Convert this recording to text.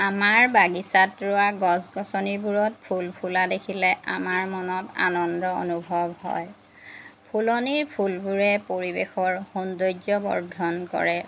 আমাৰ বাগিচাত ৰোৱা গছ গছনিবোৰত ফুল ফুলা দেখিলে আমাৰ মনত আনন্দ অনুভৱ হয় ফুলনিৰ ফুলবোৰে পৰিৱেশৰ সৌন্দৰ্য বৰ্ধন কৰে